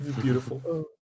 Beautiful